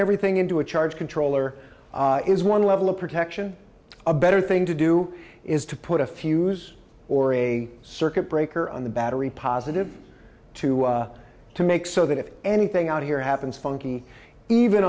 everything into a charge controller is one level of protection a better thing to do is to put a fuse or a circuit breaker on the battery positive too to make so that if anything out here happens funky even